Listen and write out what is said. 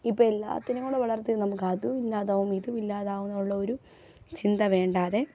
ഇപ്പ എല്ലാത്തിനും കൂടെ വളർത്തി നമുക്ക് അതും ഇല്ലാതാവും ഇതും ഇല്ലാതാവുമെന്നുള്ള ഒരു ചിന്ത വേണ്ടാതെ